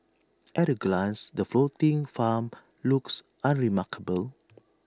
at A glance the floating farm looks unremarkable